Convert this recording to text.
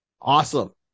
Awesome